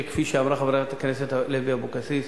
שכפי שאמרה חברת הכנסת לוי אבקסיס: